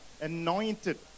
anointed